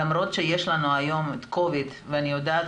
למרות שיש לנו היום covid ואני יודעת